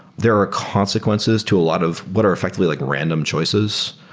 there are consequences to a lot of what are effectively like random choices.